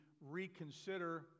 reconsider